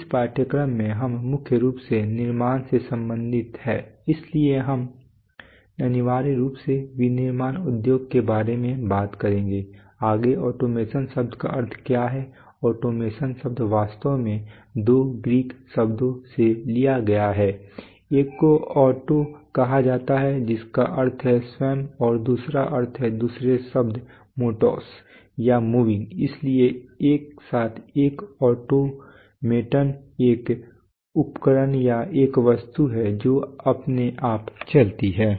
इस पाठ्यक्रम में हम मुख्य रूप से निर्माण से संबंधित हैं इसलिए हम अनिवार्य रूप से विनिर्माण उद्योगों के बारे में बात करेंगे आगे ऑटोमेशन शब्द का अर्थ क्या है ऑटोमेशन शब्द वास्तव में दो ग्रीक शब्दों से लिया गया है एक को ऑटो कहा जाता है जिसका अर्थ है स्वयं और दूसरा अर्थ है दूसरा शब्द माटोस या मूविंग इसलिए एक साथ एक ऑटोमेटन एक उपकरण या एक वस्तु है जो अपने आप चलती है